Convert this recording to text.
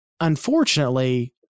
unfortunately